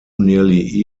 nearly